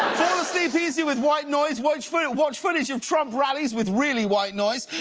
asleep easier with white noise. watch footage watch footage of trump rallies with really white noise.